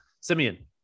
Simeon